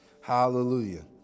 Hallelujah